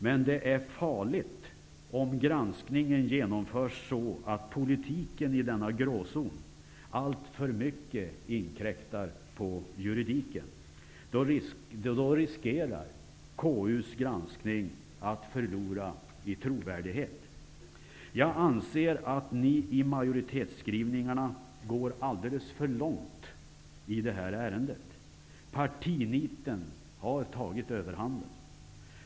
Men det är farligt om granskningen genomförs på ett sådant sätt att politiken i denna gråzon alltför mycket inkräktar på juridiken. Då riskerar konstitutionsutskottets granskning att förlora i trovärdighet. Jag anser att de borgerliga partierna i majoritetsskrivningarna går alldeles för långt i detta ärende. Partinitet har tagit överhanden.